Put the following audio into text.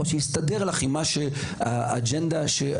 או שזה הסתדר לך עם האג'נדה שלך.